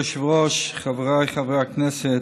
אדוני היושב-ראש, חבריי חברי הכנסת,